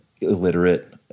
illiterate